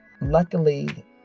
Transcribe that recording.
luckily